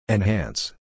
Enhance